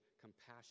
compassion